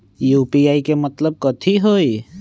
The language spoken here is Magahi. यू.पी.आई के मतलब कथी होई?